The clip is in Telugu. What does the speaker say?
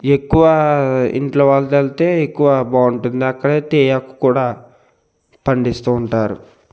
ఎక్కువ ఇంట్లో వాళ్ళతో వెళ్తే ఎక్కువ బాగుంటుంది అక్కడే తేయాకు కూడా పండిస్తు ఉంటారు